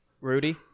Rudy